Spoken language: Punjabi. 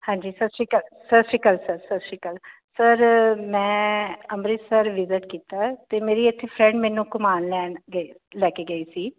ਹਾਂਜੀ ਸਤਿ ਸ਼੍ਰੀ ਅਕਾਲ ਸਤਿ ਸ਼੍ਰੀ ਅਕਾਲ ਸਰ ਸਤਿ ਸ਼੍ਰੀ ਅਕਾਲ ਸਰ ਮੈਂ ਅੰਮ੍ਰਿਤਸਰ ਵਿਜਿਟ ਕੀਤਾ ਤੇ ਮੇਰੀ ਇਥੇ ਫਰੈਂਡ ਮੈਨੂੰ ਘੁਮਾ ਲੈਣ ਈ ਲੈ ਕੇ ਗਈ ਸੀ